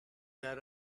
that